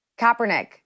Kaepernick